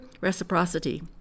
reciprocity